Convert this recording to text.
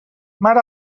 mar